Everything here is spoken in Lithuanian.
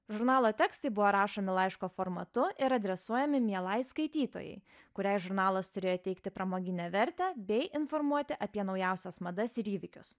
žurnalo tekstai buvo rašomi laiško formatu ir adresuojami mielai skaitytojai kuriai žurnalas turėjo teikti pramoginę vertę bei informuoti apie naujausias madas ir įvykius